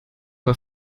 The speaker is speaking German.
war